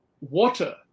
water